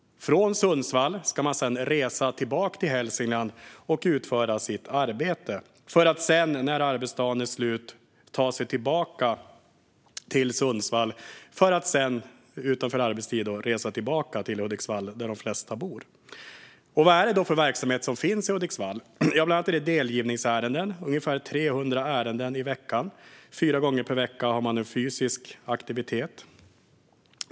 Från Sundsvall ska de sedan resa tillbaka till Hälsingland för att utföra sitt arbete. När arbetsdagen är slut ska de ta sig tillbaka till Sundsvall för att sedan, utanför arbetstid, resa tillbaka till Hudiksvall, där de flesta bor. Vad har Kronofogden då för verksamhet i Hudiksvall? Bland annat har man ungefär 300 delgivningsärenden i veckan, och fyra gånger per vecka har man fysisk aktivitet.